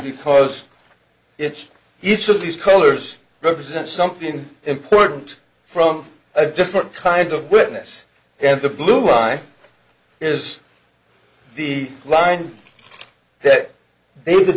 because it each of these colors represents something important from a different kind of witness and the blue line is the line that